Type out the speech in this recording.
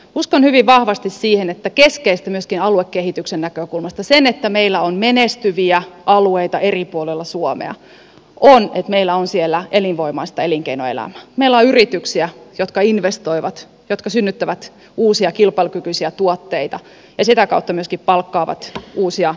uskon hyvin vahvasti siihen että keskeistä myöskin aluekehityksen näkökulmasta sen että meillä on menestyviä alueita eri puolilla suomea on että meillä on siellä elinvoimaista elinkeinoelämää meillä on yrityksiä jotka investoivat jotka synnyttävät uusia kilpailukykyisiä tuotteita ja sitä kautta myöskin palkkaavat uusia ihmisiä